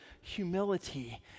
humility